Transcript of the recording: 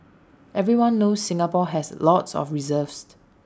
everyone knows Singapore has lots of reserves